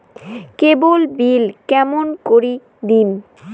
কেবল bill কেমন করি দিম?